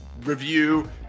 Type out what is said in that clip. review